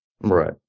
Right